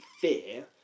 fear